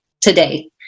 today